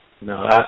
No